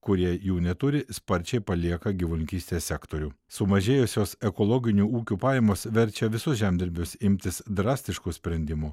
kurie jų neturi sparčiai palieka gyvulininkystės sektorių sumažėjusios ekologinių ūkių pajamos verčia visus žemdirbius imtis drastiškų sprendimų